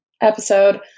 episode